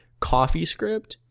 CoffeeScript